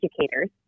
educators